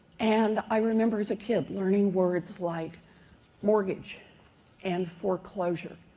and i remember as a kid learning words like mortgage and foreclosure.